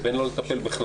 זה בין לא לטפל בכלל,